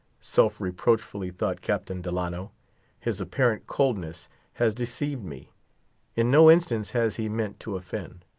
self-reproachfully thought captain delano his apparent coldness has deceived me in no instance has he meant to offend.